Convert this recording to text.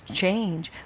change